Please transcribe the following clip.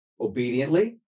Obediently